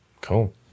Cool